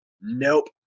Nope